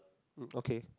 um okay